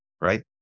Right